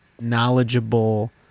knowledgeable